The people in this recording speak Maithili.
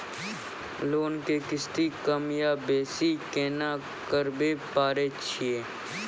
लोन के किस्ती कम या बेसी केना करबै पारे छियै?